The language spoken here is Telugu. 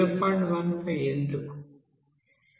15 ఎందుకు